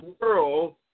world